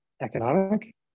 economic